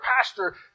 pastor